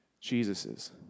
Jesus's